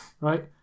right